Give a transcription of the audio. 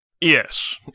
Yes